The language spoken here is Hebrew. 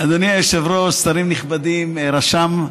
אדוני היושב-ראש, שרים נכבדים, רשם,